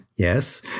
Yes